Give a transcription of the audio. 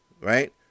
right